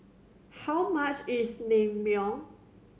how much is Naengmyeon